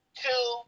two